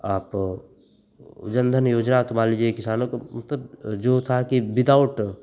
आपको जनधन योजना तो मान लीजिए किसानों को वह तो जो था कि विदाउट